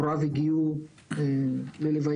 הוריו הגיעו ללווייה.